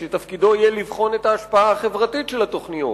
שתפקידו יהיה לבחון את ההשפעה החברתית של התוכניות.